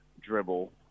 dribble